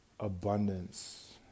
Abundance